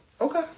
Okay